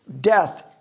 death